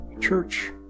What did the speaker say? church